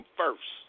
first